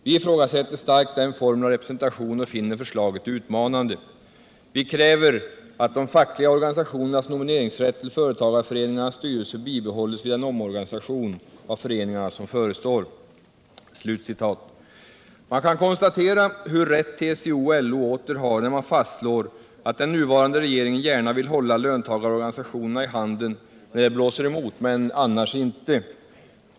Vi ifrågasätter starkt den formen av representation och finner förslaget utmanande. Vi kräver att de fackliga organisationernas nomineringsrätt till företagareföreningarnas styrelser bibehålles vid den omorganisation av föreningarna som förestår.” Man kan konstatera hur rätt TCO och LO åter har när de fastslår att den nuvarande regeringen gärna vill hålla löntagarorganisationerna i handen när det blåser emot, men annars inte.